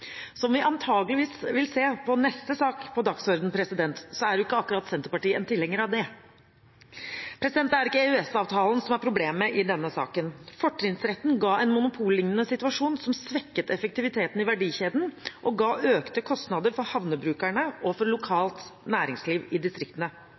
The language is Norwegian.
Som vi antakeligvis vil se i neste sak på dagsordenen, er ikke akkurat Senterpartiet en tilhenger av det. Det er ikke EØS-avtalen som er problemet i denne saken. Fortrinnsretten ga en monopollignende situasjon som svekket effektiviteten i verdikjeden og ga økte kostnader for havnebrukerne og for